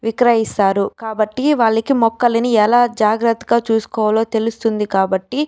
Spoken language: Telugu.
విక్రయిస్తారు కాబట్టి వాళ్లకి మొక్కలిని ఎలా జాగ్రత్తగా చూసుకోవాలో తెలుస్తుంది కాబట్టి